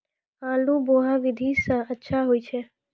आलु बोहा विधि सै अच्छा होय छै?